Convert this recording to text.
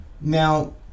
Now